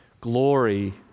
glory